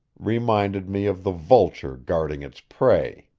reminded me of the vulture guarding its prey.